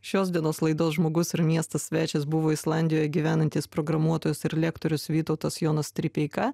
šios dienos laidos žmogus ir miesto svečias buvo islandijoj gyvenantis programuotojas ir lektorius vytautas jonas stripeika